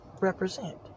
represent